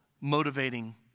motivating